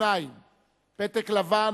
2. פתק לבן,